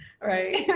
Right